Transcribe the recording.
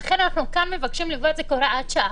ולכן אנחנו כאן מבקשים לקבוע את זה כהוראת שעה.